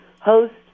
host